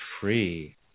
free